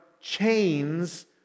chains